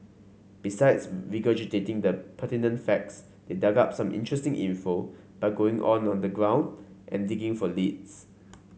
besides regurgitating the pertinent facts they dug up some interesting info by going on the ground and digging for leads